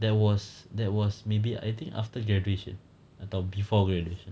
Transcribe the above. that was that was maybe I think after graduation atau before graduation